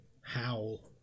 howl